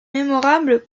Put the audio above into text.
mémorables